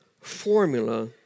formula